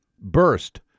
Burst